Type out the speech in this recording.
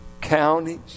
counties